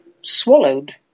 swallowed